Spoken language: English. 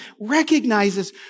recognizes